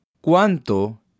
cuánto